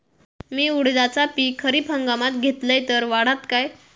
मी उडीदाचा पीक खरीप हंगामात घेतलय तर वाढात काय?